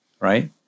Right